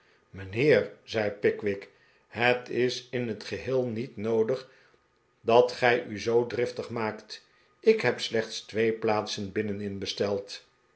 mijnheer zei pickwick het is in het geheel niet noodig dat gij u zoo driftig maakt ik heb slechts twee plaatsen binnenin bevsteld